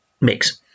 mix